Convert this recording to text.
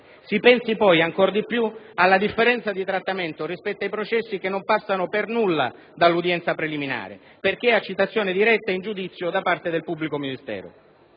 Si pensi poi, ancor di più, alla differenza di trattamento rispetto ai processi che non passano per nulla dall'udienza preliminare perché a citazione diretta in giudizio da parte del pubblico ministero.